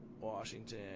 Washington